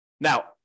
Now